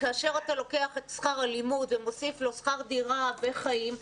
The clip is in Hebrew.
כאשר לוקחים את שכר הלימוד ומוסיפים לו שכר דירה וחיים,